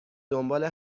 دنبال